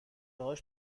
هاش